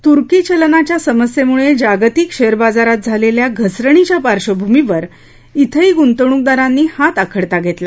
तुर्की चलनाच्या समस्येमुळे जागतिक शेअर बाजारात झालेल्या घसरणीच्या पार्धभूमीवर अंही गुंतवणूकदारांनी हात आखडता घेतला